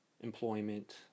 employment